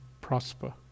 prosper